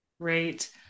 Great